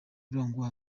urangwa